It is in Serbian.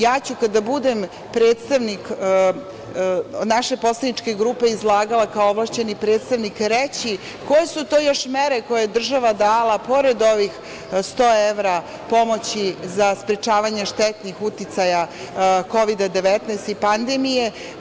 Ja ću kada budem predstavnik naše poslaničke grupe, kada budem izlagala kao ovlašćeni predstavnik reći koje su to još mere koje je država dala pored ovih 100 evra pomoći za sprečavanje štetnih uticaja Kovida19 i pandemije.